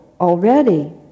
already